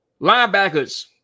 Linebackers